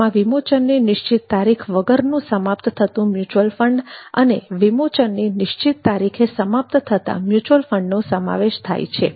જેમાં વિમોચનની નિશ્ચિત તારીખ વગરનું સમાપ્ત થતું મ્યુચ્યુઅલ ફંડ અને વિમોચનની નિશ્ચિત તારીખે સમાપ્ત થતા મ્યુચ્યુઅલ ફંડનો સમાવેશ થાય છે